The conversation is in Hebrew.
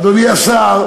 אדוני השר,